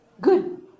Good